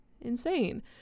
insane